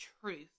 truth